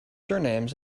surnames